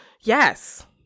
Yes